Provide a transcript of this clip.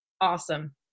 Awesome